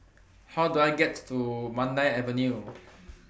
How Do I get to Mandai Avenue